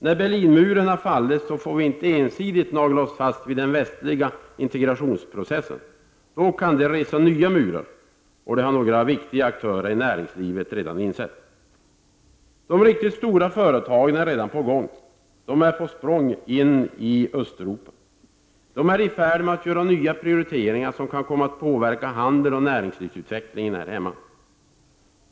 När Berlinmuren har fallit får vi inte ensidigt nagla oss fast vid den västliga integrationsprocessen. Det kan resa nya murar, och det har en rad viktiga aktörer i näringslivet redan insett. De riktigt stora företagen är redan på språng in i Östeuropa. De är i färd med att göra nya prioriteringar som kan komma att påverka handeln och näringslivets utveckling här hemma.